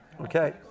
Okay